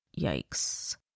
Yikes